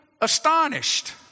astonished